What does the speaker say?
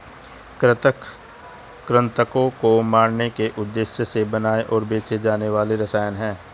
कृंतक कृन्तकों को मारने के उद्देश्य से बनाए और बेचे जाने वाले रसायन हैं